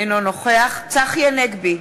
אינו נוכח צחי הנגבי,